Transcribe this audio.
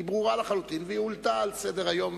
היא ברורה לחלוטין והיא הועלתה על סדר-היום.